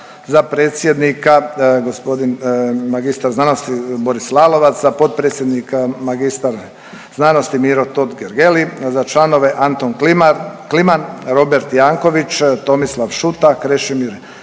za predsjednika g. mag. sc. Boris Lalovac, za potpredsjednika mag. sc. Miro Totgergeli, za članove Anton Kliman, Robert Jankovics, Tomislav Šuta, Krešimir Čabaj,